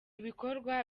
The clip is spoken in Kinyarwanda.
bikorwa